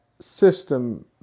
system